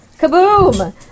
Kaboom